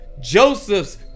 Joseph's